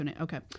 Okay